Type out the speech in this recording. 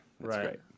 Right